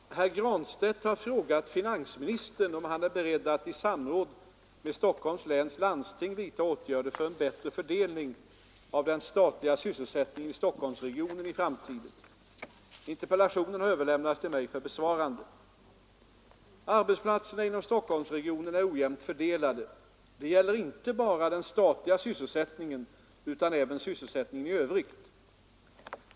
Fru talman! Herr Granstedt har frågat finansministern om han är beredd att i samråd med Stockholms läns landsting vidta åtgärder för en bättre fördelning av den statliga sysselsättningen i Stockholmsregionen i framtiden. Interpellationen har överlämnats till mig för besvarande. Arbetsplatserna inom Stockholmsregionen är ojämnt fördelade. Det gäller inte bara den statliga sysselsättningen utan även sysselsättningen i övrigt.